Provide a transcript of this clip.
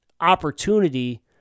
opportunity